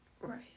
Right